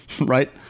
Right